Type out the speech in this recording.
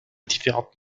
différentes